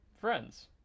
friends